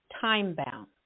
time-bound